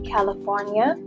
California